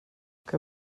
que